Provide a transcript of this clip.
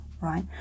right